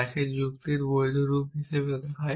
তাকে যুক্তির বৈধ রূপ হিসাবে দেখায়